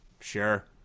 Sure